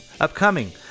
Upcoming